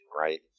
right